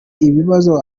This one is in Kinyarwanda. ibibazo